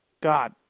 God